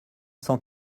cent